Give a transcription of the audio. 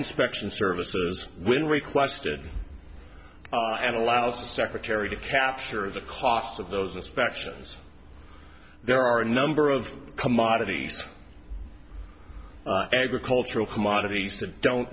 inspection services when requested i am allowed to secretary to capture the cost of those inspections there are a number of commodities agricultural commodities that don't